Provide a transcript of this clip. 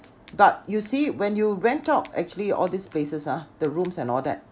but you see when you rent out actually all these places ah the rooms and all that